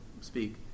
speak